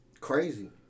Crazy